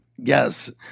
Yes